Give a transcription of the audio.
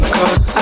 Cause